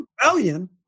rebellion